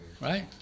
right